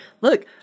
Look